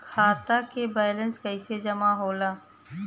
खाता के वैंलेस कइसे जमा होला?